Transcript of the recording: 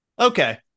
Okay